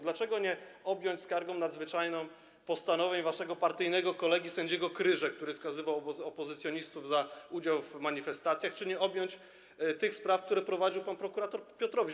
Dlaczego nie objąć skargą nadzwyczajną postanowień waszego partyjnego kolegi sędziego Kryże, który skazywał opozycjonistów za udział w manifestacjach, czy nie objąć nią tych spraw, które prowadził pan prokurator Piotrowicz?